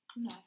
No